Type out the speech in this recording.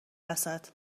وسط